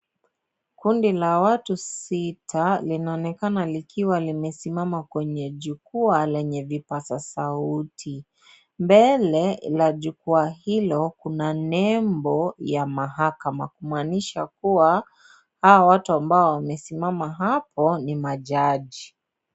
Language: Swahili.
Kundi la watu sita, linaonekana likiwa limesimama kwenye jukwaa lenye vipasa sauti. Mbele la jukua hilo, kuna nembo ya mahakama, kumanisha kuwa, hawa watu ambao wamesimama hapo ,ni majaji.